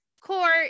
court